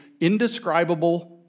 indescribable